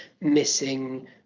missing